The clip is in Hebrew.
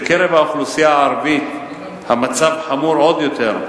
בקרב האוכלוסייה הערבית המצב חמור עוד יותר,